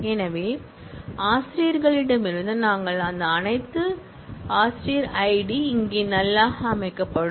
எனவே ஆசிரியர்களிடமிருந்து நாங்கள் அந்த அனைத்து ஆசிரிய req ஐடி இங்கே நல் ஆக அமைக்கப்படும்